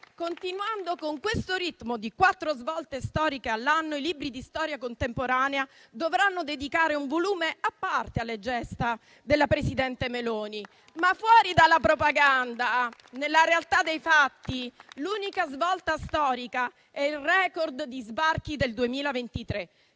continuando con questo ritmo di quattro svolte storiche all'anno, i libri di storia contemporanea dovranno dedicare un volume a parte alle gesta della presidente Meloni. Ma fuori dalla propaganda, nella realtà dei fatti, l'unica svolta storica è il *record* di sbarchi del 2023: